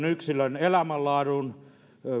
yksilön elämänlaadun